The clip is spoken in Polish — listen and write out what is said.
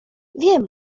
wiem